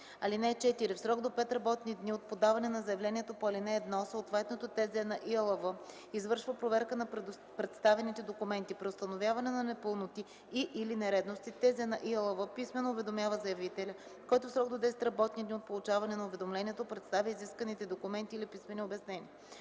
(4) В срок до 5 работни дни от подаване на заявлението по ал. 1 съответното ТЗ на ИАЛВ извършва проверка на представените документи. При установяване на непълноти и/или нередности ТЗ на ИАЛВ писмено уведомява заявителя, който в срок до 10 работни дни от получаване на уведомлението представя изисканите документи или писмени обяснения.